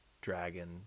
dragon